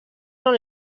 són